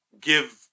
give